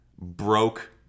broke